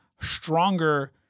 stronger